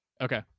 Okay